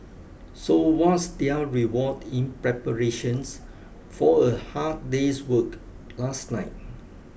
so what's their reward in preparation for a hard day's work last night